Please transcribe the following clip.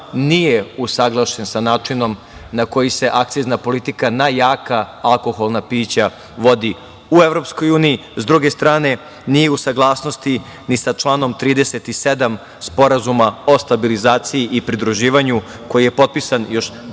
nije usaglašen sa načinom na koji se akcizna politika na jaka alkoholna pića vodi u EU, s druge strane nije u saglasnosti ni sa članom 37. Sporazuma o stabilizaciji i pridruživanju koji je potpisan još